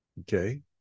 Okay